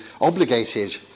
obligated